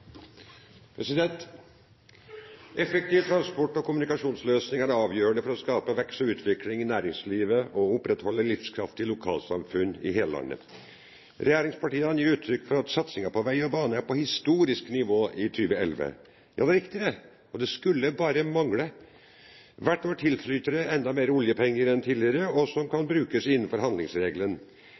avgjørende for å skape vekst og utvikling i næringslivet og for å opprettholde livskraftige lokalsamfunn i hele landet. Regjeringspartiene gir uttrykk for at satsingen på vei og bane er på et historisk høyt nivå for 2011. Ja, det er riktig, og det skulle bare mangle. Hvert år tilflyter det mer oljepenger enn tidligere, som kan brukes innenfor handlingsregelen.